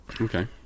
Okay